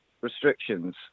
restrictions